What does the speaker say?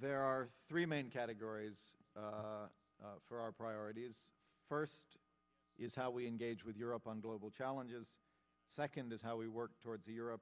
there are three main categories for our priorities first is how we engage with europe on global challenges second is how we work towards a europe